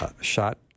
shot